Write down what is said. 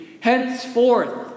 Henceforth